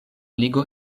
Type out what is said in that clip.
ligo